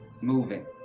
moving